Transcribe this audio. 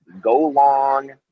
go-long